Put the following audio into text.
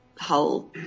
whole